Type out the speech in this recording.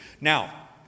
Now